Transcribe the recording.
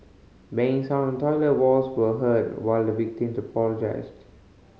banging sounds on toilet walls were heard while the victim apologised